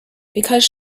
because